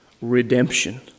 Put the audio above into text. redemption